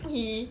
he